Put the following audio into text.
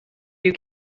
you